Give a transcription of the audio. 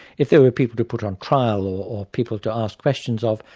if there were people to put on trial, or people to ask questions of,